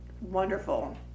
wonderful